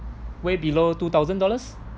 way below two thousand dollars